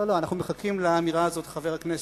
לא, לא, אנחנו מחכים לאמירה הזאת "חבר הכנסת".